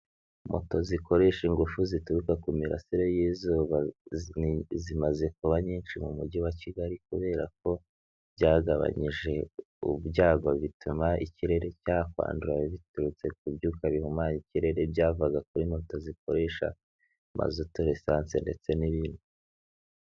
Moto zikoresha ingufu zituruka ku mirasire y'izuba zimaze kuba nyinshi mu mujyi wa kigali kubera ko byagabanyije ibyago bituma ikirere cyakwandura biturutse ku byuka bihumanya ikirere byavaga kuri moto zikoresha mazutu, lisanse ndetse n'ibindi.